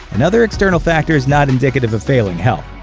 and other external factors not indicative of failing health.